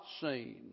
seen